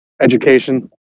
education